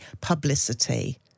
publicity